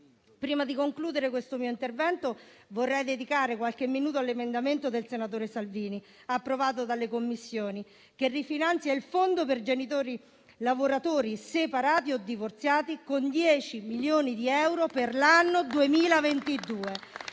Prima di concludere il mio intervento, vorrei dedicare qualche minuto all'emendamento del senatore Salvini, approvato dalle Commissioni, che rifinanzia il fondo per genitori lavoratori separati o divorziati con 10 milioni di euro per l'anno 2022.